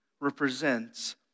represents